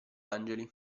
angeli